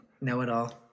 know-it-all